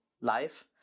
life